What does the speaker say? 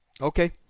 Okay